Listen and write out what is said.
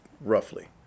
roughly